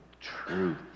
truth